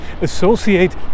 associate